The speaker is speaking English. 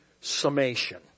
summation